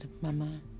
Mama